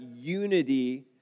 unity